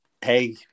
hey